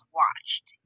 watched